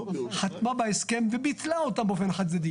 חתמה בהסכם וביטלה אותם באופן חד צדדי.